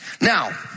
Now